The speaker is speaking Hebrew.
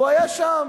והוא היה שם,